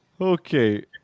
Okay